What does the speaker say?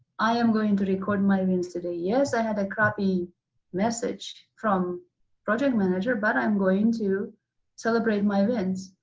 i am going to record my wins today. yes, i had a crappy message from project manager, but i am going to celebrate my wins.